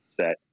set